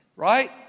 Right